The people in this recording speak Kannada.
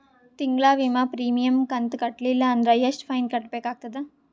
ತಿಂಗಳ ವಿಮಾ ಪ್ರೀಮಿಯಂ ಕಂತ ಕಟ್ಟಲಿಲ್ಲ ಅಂದ್ರ ಎಷ್ಟ ಫೈನ ಕಟ್ಟಬೇಕಾಗತದ?